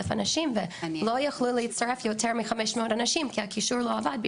אנשים ולא יכלו להצטרף יותר מ-500 אנשים כי הקישור לא עבד,